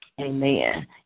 Amen